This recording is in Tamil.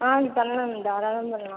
ஆ பண்ணலாம் தாராளமாக பண்ணலாம்